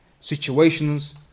situations